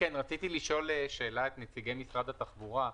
רציתי לשאול שאלה את נציגי משרד התחבורה.